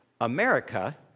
America